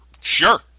Sure